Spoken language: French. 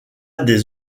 des